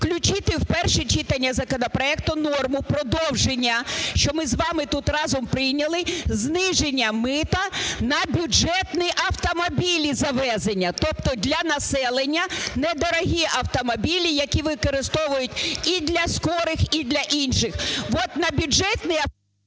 включити в перше читання законопроекту норму продовження, що ми з вами тут разом прийняли, зниження мита на бюджетні автомобілі, завезення, тобто для населення недорогі автомобілі, які використовують і для "скорих", інших.